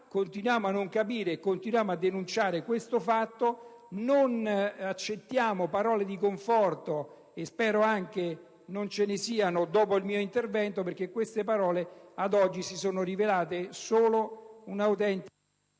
Continuiamo a non capire e continuiamo a denunciare questo fatto. Non accettiamo parole di conforto e spero che non ce ne siano dopo il mio intervento, perché queste parole ad oggi si sono rivelate un'autentica